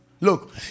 Look